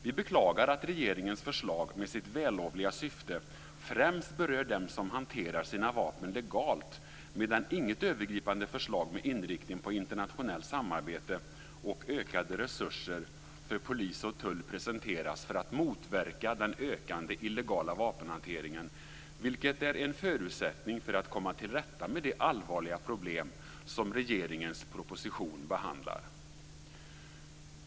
Vi beklagar att regeringens förslag med sitt vällovliga syfte främst berör dem som hanterar sina vapen legalt medan inget övergripande förslag med inriktning på internationellt samarbete och ökade resurser för polis och tull presenteras för att motverka den ökande illegala vapenhanteringen, vilket är en förutsättning för att komma till rätta med de allvarliga problem som regeringens proposition behandlar.